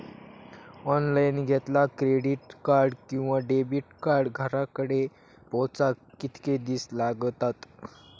Online घेतला credit card किंवा debit card घराकडे पोचाक कितके दिस लागतत?